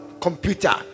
computer